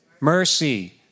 Mercy